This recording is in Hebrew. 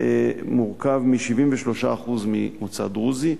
מורכב מ-73% מוצא דרוזי,